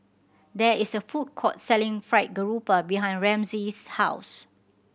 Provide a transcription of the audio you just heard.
there is a food court selling Fried Garoupa behind Ramsey's house